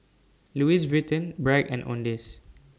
Louis Vuitton Bragg and Owndays